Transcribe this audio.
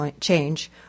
change